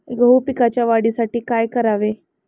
गहू पिकाच्या वाढीसाठी काय करावे?